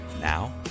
Now